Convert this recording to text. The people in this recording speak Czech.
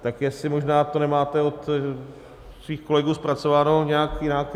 Tak jestli to možná nemáte od vašich kolegů zpracováno nějak jinak.